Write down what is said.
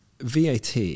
VAT